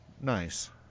Nice